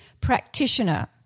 Practitioner